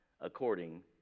according